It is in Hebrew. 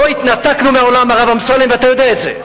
לא התנתקנו מהעולם, הרב אמסלם, ואתה יודע את זה.